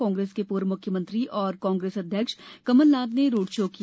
कांग्रेस के पूर्व मुख्यमंत्री और कांग्रेस अध्यक्ष कमलनाथ ने रोड शो किया